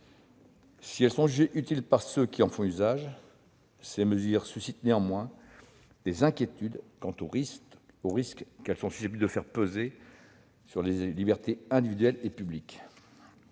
Si elles sont jugées utiles par ceux qui en font usage, ces mesures suscitent néanmoins des inquiétudes s'agissant des risques qu'elles sont susceptibles de faire peser sur les libertés individuelles et publiques.